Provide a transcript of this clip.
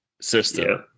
system